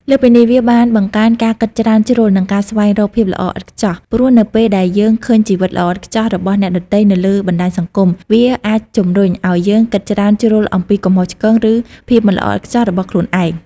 លើសពីនេះវាបានបង្កើនការគិតច្រើនជ្រុលនិងការស្វែងរកភាពល្អឥតខ្ចោះ ព្រោះនៅពេលដែលយើងឃើញជីវិត"ល្អឥតខ្ចោះ"របស់អ្នកដទៃនៅលើបណ្ដាញសង្គម វាអាចជំរុញឱ្យយើងគិតច្រើនជ្រុលអំពីកំហុសឆ្គង ឬភាពមិនល្អឥតខ្ចោះរបស់ខ្លួនឯង។